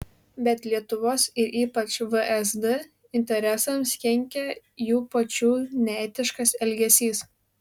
bet lietuvos ir ypač vsd interesams kenkia jų pačių neetiškas elgesys